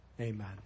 amen